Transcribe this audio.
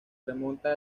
remonta